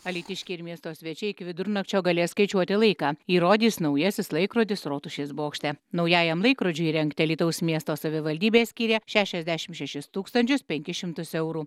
alytiškiai ir miesto svečiai iki vidurnakčio galės skaičiuoti laiką jį rodys naujasis laikrodis rotušės bokšte naujajam laikrodžiui įrengti alytaus miesto savivaldybė skyrė šešiasdešim šešis tūkstančius penkis šimtus eurų